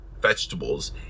vegetables